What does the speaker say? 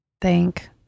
Thank